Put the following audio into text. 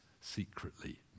secretly